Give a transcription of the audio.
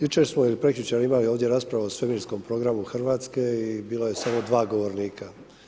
Jučer smo i prekjučer imali ovdje raspravu o svemirskom programu Hrvatske i bila su samo dva govornika.